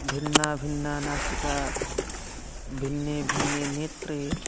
भिन्ना भिन्ना नासिका भिन्ने भिन्ने नेत्रे